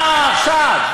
מה עכשיו?